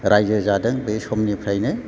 रायजो जादों बे समनिफ्रायनो